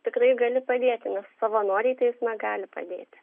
tikrai gali padėti nes savanoriai teisme gali padėti